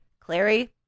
Clary